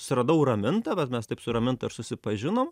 susiradau ramintą vat mes taip su raminta ir susipažinom